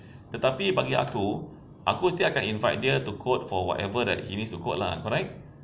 tetapi bagi aku aku still akan invite dia to quote for whatever that he needs to quote lah correct